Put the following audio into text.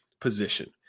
position